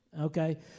Okay